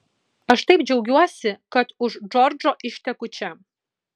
aš taip džiaugiuosi kad už džordžo išteku čia